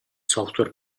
software